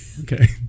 okay